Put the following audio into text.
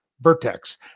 Vertex